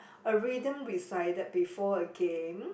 a rhythm recited before a game